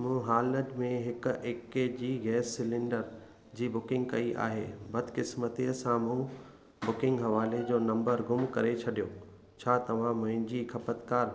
मूं हालत में हिकु ए के जी गैस सिलैंडर जी बुकिंग कई आहे बदक़िस्मती सां मूं बुकिंग हवाले जो नंबर गुम करे छॾियो छा तव्हां मुंहिंजी खपतकार